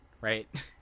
right